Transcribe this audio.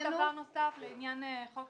לעניין חוק